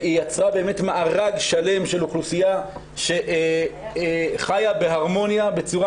והיא יצאה מארג שלם של אוכלוסייה שחיה בהרמוניה בצורה